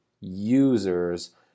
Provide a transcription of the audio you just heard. users